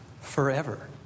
forever